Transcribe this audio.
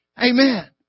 Amen